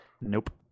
Nope